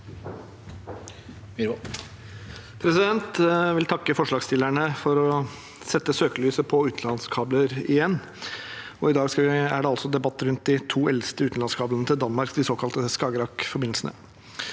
Jeg vil takke forslagsstillerne for å sette søkelyset på utenlandskabler igjen. I dag er det altså debatt rundt de to eldste utenlandskablene til Danmark, de såkalte Skagerrakforbindelsene.